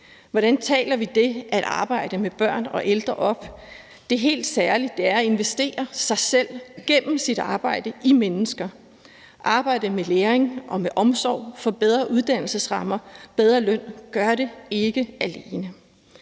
Hvordan taler vi det at arbejde med børn og ældre op, altså det helt særlige, som det er at investere sig selv gennem sit arbejde i mennesker? At arbejde med læring og med omsorg og få bedre uddannelsesrammer og bedre løn gør det ikke alene.